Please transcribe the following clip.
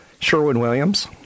Sherwin-Williams